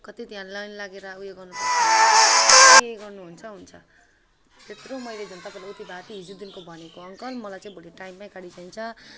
कति त्यहाँ लाइन लागेर उयो के गर्नुहुन्छ हुन्छ त्यत्रो मैले झन् तपाईँलाई उति भाँति हिजोदेखिको भनेको अङ्कल मलाई चाहिँ भोलि टाइममै गाडी चाहिन्छ